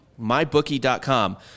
mybookie.com